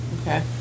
Okay